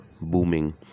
booming